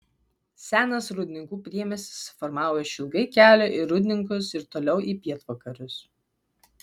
senas rūdninkų priemiestis susiformavo išilgai kelio į rūdninkus ir toliau į pietvakarius